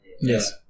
Yes